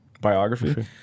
Biography